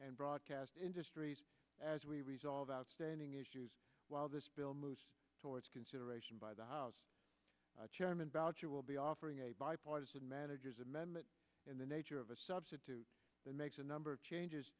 and broadcast industries as we resolve outstanding issues while this bill moves consideration by the house chairman boucher will be offering a bipartisan manager's amendment in the nature of a substitute that makes a number of changes